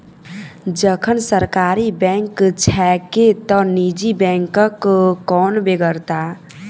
जखन सरकारी बैंक छैके त निजी बैंकक कोन बेगरता?